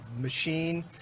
machine